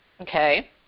Okay